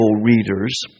readers